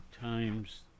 times